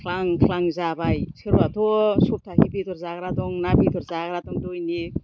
ख्लां ख्लां जाबाय सोरबाथ' सप्तासे बेदर जाग्रा दं ना बेदर जाग्रा दं दैलिक